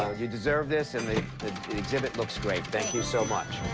ah you deserve this, and the exhibit looks great. thank you so much.